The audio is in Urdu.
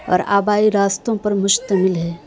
اور آبائی راستوں پر مشتمل ہے